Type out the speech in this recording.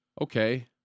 okay